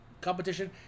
competition